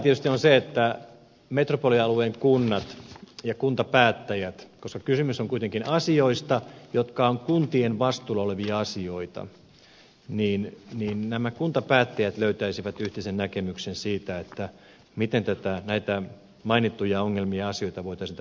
toivottavinta on tietysti se että metropolialueen kuntapäättäjät koska kysymys on kuitenkin asioista jotka ovat kuntien vastuulla olevia asioita löytäisivät yhteisen näkemyksen siitä miten näitä mainittuja ongelmia ja asioita voitaisiin täällä yrittää hoitaa